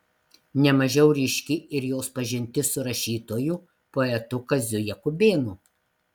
ne mažiau ryški ir jos pažintis su rašytoju poetu kaziu jakubėnu